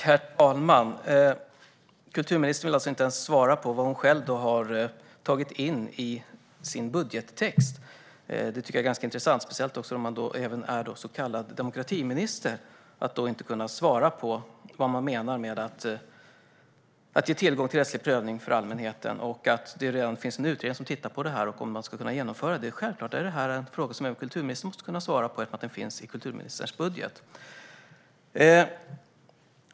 Herr talman! Kulturministern vill inte ens svara på vad hon själv har tagit med i sin budgettext. Det är ganska intressant - speciellt som hon även är så kallad demokratiminister - att hon inte kan svara på vad som menas med att ge allmänheten "tillgång till rättslig prövning". En utredning tittar redan på det och om man ska kunna genomföra det. Det här är självklart frågor som kulturministern måste kunna svara på, eftersom de finns med i kulturministerns budget.